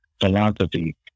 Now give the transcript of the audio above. philosophy